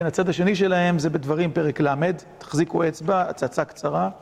הצד השני שלהם זה בדברים פרק ל', תחזיקו אצבע, הצצה קצרה.